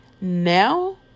now